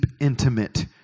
intimate